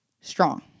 strong